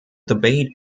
debate